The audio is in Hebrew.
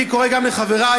אני קורא גם לחבריי